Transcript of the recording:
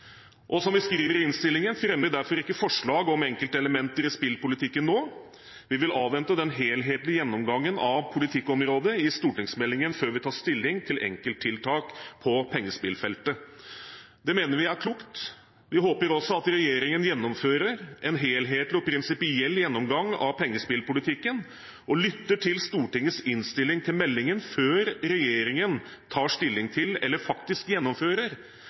Som vi skriver i innstillingen, fremmer vi derfor ikke forslag om enkeltelementer i spillpolitikken nå. Vi vil avvente den helhetlige gjennomgangen av politikkområdet i stortingsmeldingen før vi tar stilling til enkelttiltak på pengespillfeltet. Det mener vi er klokt. Vi håper også at regjeringen gjennomfører en helhetlig og prinsipiell gjennomgang av pengespillpolitikken og lytter til Stortingets innstilling til meldingen før regjeringen tar stilling til eller faktisk gjennomfører